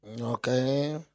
Okay